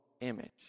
image